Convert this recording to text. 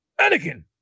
Anakin